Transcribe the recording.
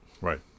Right